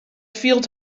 fielt